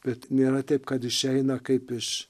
bet nėra taip kad išeina kaip iš